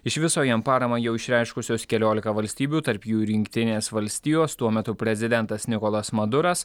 iš viso jam paramą jau išreiškusios keliolika valstybių tarp jų ir jungtinės valstijos tuo metu prezidentas nikolas maduras